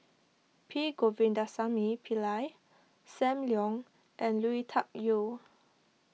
P Govindasamy Pillai Sam Leong and Lui Tuck Yew